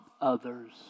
others